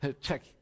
Check